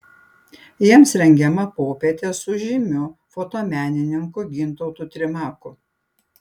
jiems rengiama popietė su žymiu fotomenininku gintautu trimaku